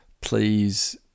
please